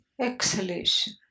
exhalation